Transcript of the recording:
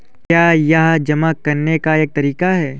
क्या यह जमा करने का एक तरीका है?